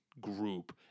group